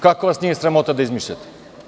Kako vas nije sramota da izmišljate.